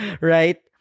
right